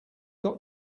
got